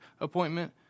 appointment